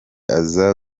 aza